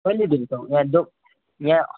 कहिलेदेखिको यहाँ दो यहाँ